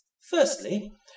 Firstly